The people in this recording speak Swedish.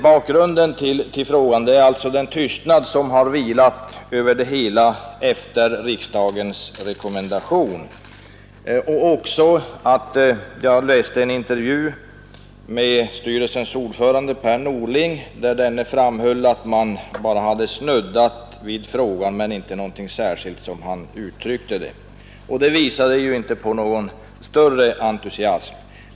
Bakgrunden till min fråga är alltså den tystnad som har vilat över det hela efter riksdagens rekommendation men också att jag har läst en intervju med styrelsens ordförande, Per Åsbrink, där denne framhöll att man bara hade snuddat vid saken men inte gjort någonting särskilt, som han uttryckte det. Det visar ju inte på någon större entusiasm.